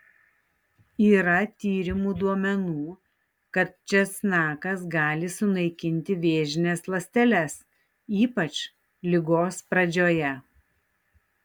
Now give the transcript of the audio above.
yra tyrimų duomenų kad česnakas gali sunaikinti vėžines ląsteles ypač ligos pradžioje